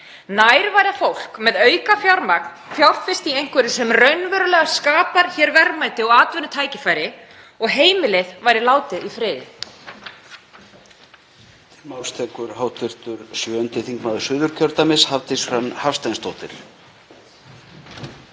Nær væri að fólk með aukafjármagn fjárfesti í einhverju sem raunverulega skapar hér verðmæti og atvinnutækifæri og heimilin væru látin í friði.